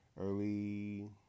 early